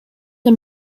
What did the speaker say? the